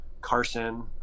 Carson